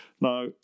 Now